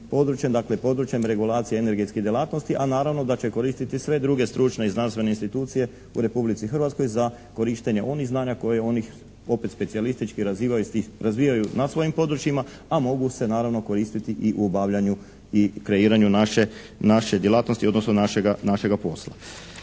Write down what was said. dakle područjem regulacije energetskih djelatnosti, a naravno da će koristiti sve druge stručne i znanstvene institucije u Republici Hrvatskoj za korištenje onih znanja koje oni specijalistički razvijaju na svojim područjima, a mogu se naravno koristiti i u obavljanju i kreiranju naše djelatnosti, odnosno našega posla.